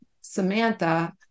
Samantha